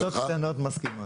מועצות קטנות מסכימות.